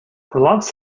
prolonged